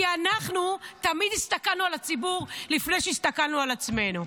כי אנחנו תמיד הסתכלנו על הציבור לפני שהסתכלנו על עצמנו.